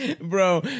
Bro